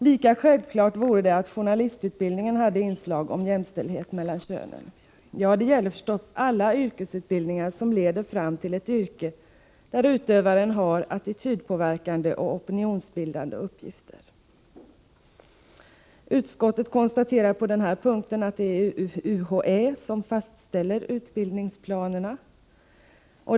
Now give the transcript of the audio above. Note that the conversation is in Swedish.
Lika självklart bör inslag av jämställdhet mellan könen ingå i journalistutbildningen. Detsamma bör gälla alla utbildningar som leder fram till ett yrke där utövaren har attitydpåverkande och opinionsbildande uppgifter. Utskottet konstaterar på denna punkt att det är UHÄ som fastställer utbildningsplanerna.